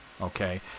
okay